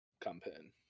campaign